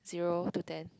zero to ten